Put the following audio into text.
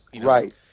right